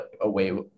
away